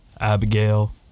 Abigail